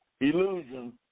illusion